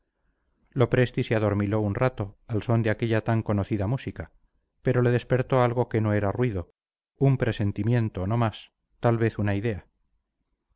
a oírlos lopresti se adormiló un rato al son de aquella tan conocida música pero le despertó algo que no era ruido un presentimiento no más tal vez una idea